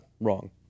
wrong